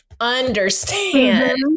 understand